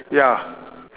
ya